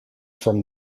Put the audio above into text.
from